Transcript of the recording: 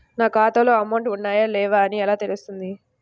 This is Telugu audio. నా ఖాతాలో అమౌంట్ ఉన్నాయా లేవా అని ఎలా తెలుస్తుంది?